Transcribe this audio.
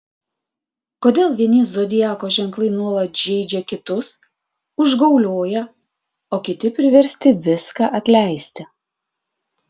kodėl vieni zodiako ženklai nuolat žeidžia kitus užgaulioja o kiti priversti viską atleisti